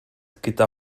gyda